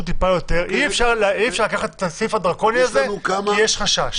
טיפה יותר אי-אפשר לקחת את הסעיף הדרקוני הזה כי יש חשש.